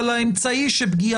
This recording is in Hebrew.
לכן ככלל,